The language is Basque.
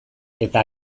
eta